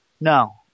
No